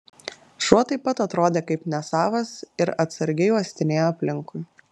šuo taip pat atrodė kaip nesavas ir atsargiai uostinėjo aplinkui